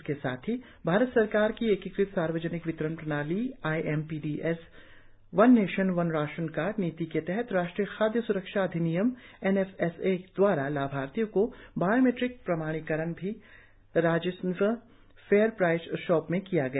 इसके साथ ही भारत सरकार की एकीकृत सार्वजनिक वितरण प्रणाली I M P B S one nation one ration card नीति के तहत राष्ट्रीय खादय सुरक्षा अधिनियम एन एफ एस ए दवारा लाभार्थियों का बायोमेट्रिक प्रमाणीकरण भी राजनिवास फेयर प्राइस शॉप में किया गया